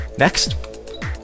Next